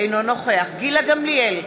אינו נוכח גילה גמליאל,